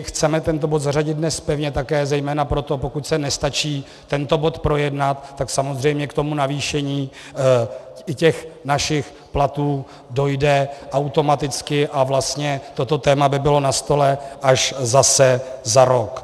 Chceme tento bod zařadit dnes pevně také zejména proto, že pokud se nestačí tento bod projednat, tak samozřejmě k navýšení i našich platů dojde automaticky, a toto téma by bylo vlastně na stole až zase za rok.